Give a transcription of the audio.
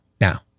now